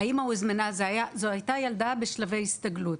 זו הייתה ילדה בשלבי הסתגלות,